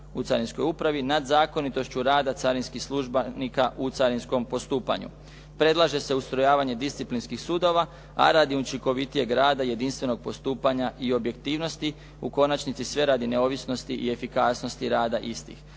u carinskoj upravi nad zakonitošću rada carinskih službenika u carinskom postupanju. Predlaže se ustrojavanje disciplinskih sudova, a radi učinkovitijeg rada i jedinstvenog postupanja i objektivnosti u konačnici sve radi neovisnosti i efikasnosti rada istih.